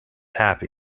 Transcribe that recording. happy